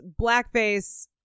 blackface